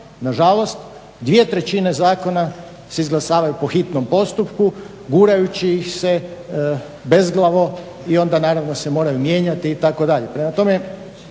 Na žalost, dvije trećine zakona se izglasavaju po hitnom postupku gurajući ih se bezglavo i onda naravno se moraju mijenjati itd.